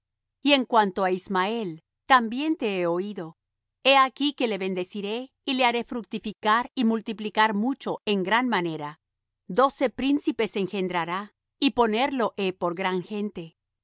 y en cuanto á ismael también te he oído he aquí que le bendeciré y le haré fructificar y multiplicar mucho en gran manera doce príncipes engendrará y ponerlo he por gran gente